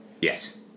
Yes